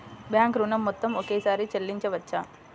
Bank ఋణం మొత్తము ఒకేసారి చెల్లించవచ్చా?